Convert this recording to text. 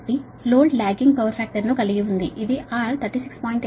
కాబట్టి load lagging power factor ను కలిగి ఉంది ఇది R 36